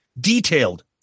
Detailed